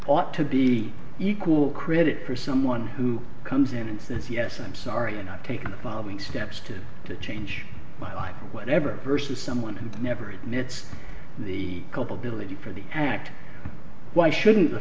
ought to be equal credit for someone who comes in and says yes i'm sorry i'm not taking the following steps to to change my life whatever versus someone who never admits the culpability for the act why shouldn't the